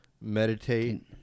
meditate